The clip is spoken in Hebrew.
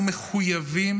אנחנו מחויבים